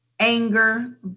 anger